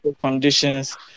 conditions